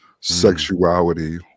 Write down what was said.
sexuality